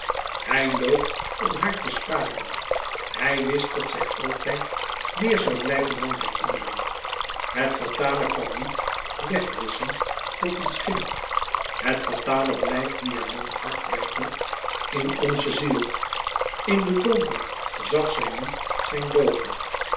hij loog om haar te sparen hij wist dat zij altijd meer zoû blijven dan herinnering het fatale kan niet wegwisschen tot een schim het fatale blijft diamanthard werkelijk in onze ziel in den donker zag zij niet zijn logen